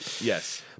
yes